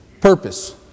purpose